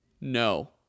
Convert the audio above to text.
no